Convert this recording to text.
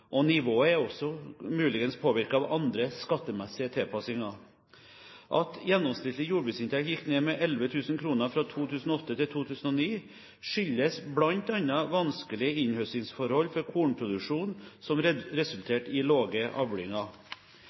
Nivået er også muligens påvirket av andre skattemessige tilpasninger. At gjennomsnittlig jordbruksinntekt gikk ned med 11 000 kr fra 2008 til 2009, skyldes bl.a. vanskelige innhøstingsforhold for kornproduksjon som resulterte i lave avlinger. I